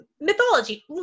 mythology